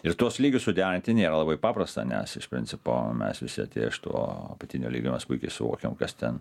ir tuos lygius suderinti nėra labai paprasta nes iš principo mes visi iš to apatinio lygio mes puikiai suvokiam kas ten